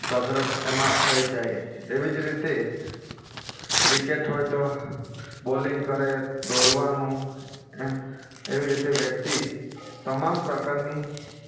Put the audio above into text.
કસરત એમાં થઈ જાય એવી જ રીતે ક્રિકેટ હોય તો બોલિંગ કરે દોડવાનું એમ એવી રીતે વ્યક્તિ તમામ પ્રકારની